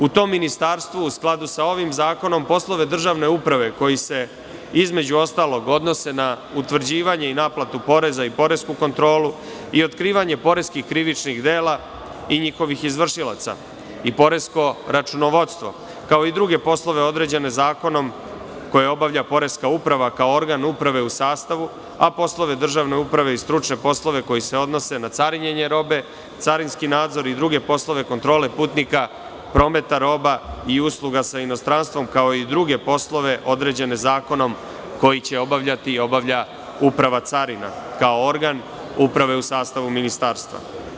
U tom ministarstvu, u skladu sa ovim zakonom poslove državne uprave koji se, između ostalog odnosena utvrđivanje i naplatu poreza i poresku kontrolu, i otkrivanje poreskih krivičnih dela, i njihovih izvršilaca i poresko računovodstvo, kao i druge poslove određene zakonom, koje obavlja poreska uprava kao organ uprave u sastavu, a poslove državne uprave i stručne poslove koji se odnose na carinjenje robe, carinski nadzor i druge poslove kontrole putnika, prometa roba i usluga sa inostranstvom, kao i druge poslove određene zakonom koje će obavljati i obavlja Uprava carina, kao organ uprave u sastavu Ministarstva.